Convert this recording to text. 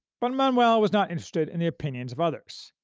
but manuel was not interested in the opinions of others.